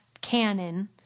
Canon